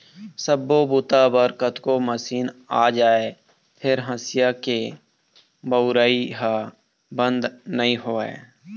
सब्बो बूता बर कतको मसीन आ जाए फेर हँसिया के बउरइ ह बंद नइ होवय